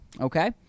Okay